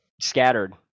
scattered